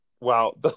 Wow